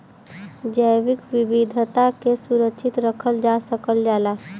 जैविक विविधता के सुरक्षित रखल जा सकल जाला